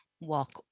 walk